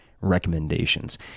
recommendations